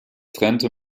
trennte